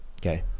okay